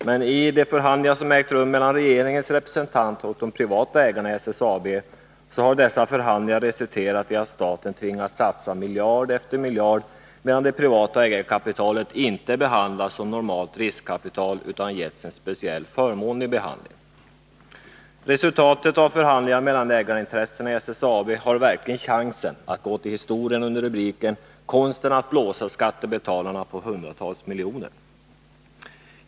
Men de förhandlingar som ägt rum mellan regeringens representanter och de privata ägarna i SSAB har resulterat i att staten tvingats satsa miljard efter miljard, medan det privata ägarkapitalet inte behandlats som normalt riskkapital utan getts en speciellt förmånlig behandling. Resultatet av förhandlingarna mellan ägarintressena i SSAB har verkligen chansen att gå till historien under rubriken ”Konsten att blåsa skattebetalarna på hundratals miljoner”.